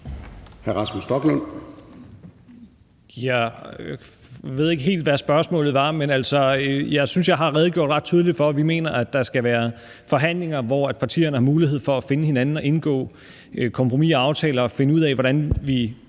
Rasmus Stoklund (S): Jeg ved ikke helt, hvad spørgsmålet var, men altså, jeg synes, jeg har redegjort ret tydeligt for, at vi mener, at der skal være forhandlinger, hvor partierne har mulighed for at finde hinanden og indgå kompromiser og aftaler og finde ud af, hvordan vi